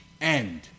end